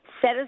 set